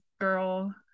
girl